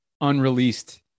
unreleased